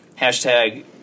hashtag